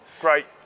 Great